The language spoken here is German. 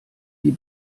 die